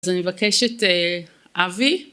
אז אני מבקשת אה.. אבי?